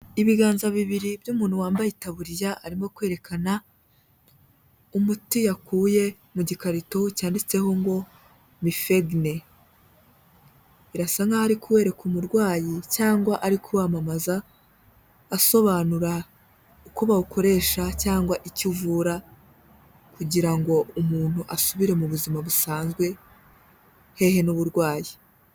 biganza bibiri by'umuntu wambaye itaburya arimo kwerekana umuti yakuye mu gikarito cyanditseho ngo mifedne, birasa naho ari kuwereka umurwayi cyangwa ariwamamaza asobanura uko bawukoresha cyangwa icyo uvura kugira ngo umuntu asubire mu buzima busanzwe, hehe n'uburwayi.